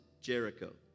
Jericho